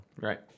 right